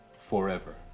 forever